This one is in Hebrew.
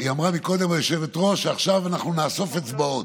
היושבת-ראש אמרה קודם שעכשיו אנחנו נאסוף אצבעות.